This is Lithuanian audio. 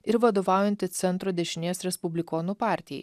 ir vadovaujanti centro dešinės respublikonų partijai